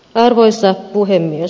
arvoisa puhemies